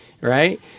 right